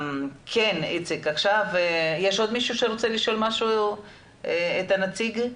יש עוד מישהו שרוצה לשאול משהו את הנציג?